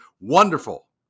Wonderful